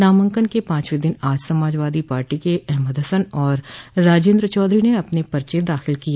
नामांकन के पांचवे दिन आज समाजवादी पार्टी के अहमद हसन और राजेन्द्र चौधरी ने अपने पर्चे दाखिल किए